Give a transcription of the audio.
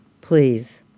please